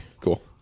Cool